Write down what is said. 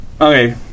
Okay